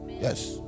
yes